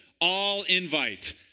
all-invite